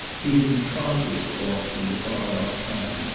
he had trod this walks in the far-off time,